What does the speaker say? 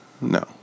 No